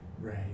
Right